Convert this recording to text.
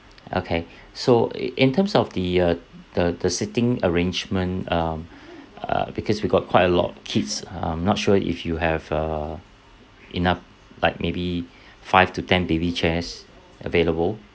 okay so in in terms of the uh the the seating arrangement um uh because we got quite a lot of kids I'm not sure if you have err enough like maybe five to ten baby chairs available